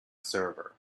server